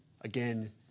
again